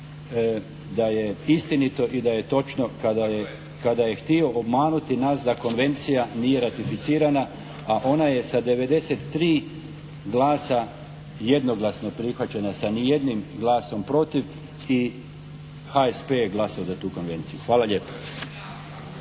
da je istinito i da je točno kada je, kada je htio obmanuti nas da konvencija nije ratificirana a ona je sa 93 glasa jednoglasno prihvaćena. Sa nijednim glasom protiv. I HSP je glasao za tu konvenciju. Hvala lijepa.